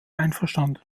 einverstanden